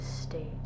state